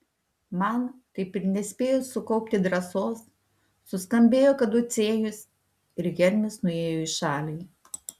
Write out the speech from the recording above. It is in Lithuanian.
man taip ir nespėjus sukaupti drąsos suskambėjo kaducėjus ir hermis nuėjo į šalį